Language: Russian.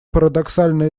парадоксально